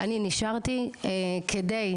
אני נשארתי כדי,